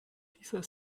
dieser